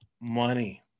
money